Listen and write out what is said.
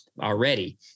already